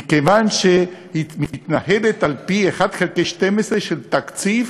מכיוון שהיא מתנהלת על-פי 1 חלקי 12 של תקציב,